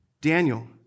Daniel